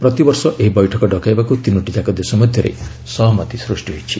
ପ୍ରତିବର୍ଷ ଏହି ବୈଠକ ଡକାଇବାକୁ ତିନୋଟି ଯାକ ଦେଶ ମଧ୍ୟରେ ସହମତି ସୃଷ୍ଟି ହୋଇଛି